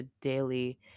daily